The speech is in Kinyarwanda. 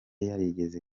yarigeze